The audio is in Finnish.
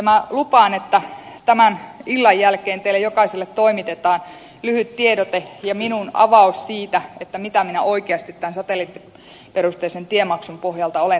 minä lupaan että tämän illan jälkeen teille jokaiselle toimitetaan lyhyt tiedote ja minun avaukseni siitä mitä minä oikeasti tämän satelliittiperusteisen tiemaksun pohjalta olen tarkoittanut